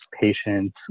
patients